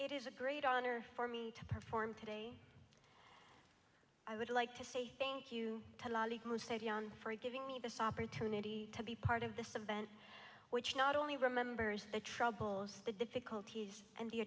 it is a great honor for me to perform today i would like to say thank you for giving me this opportunity to be part of this event which not only remembers the troubles the difficulties and the